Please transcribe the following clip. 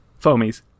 Foamies